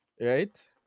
right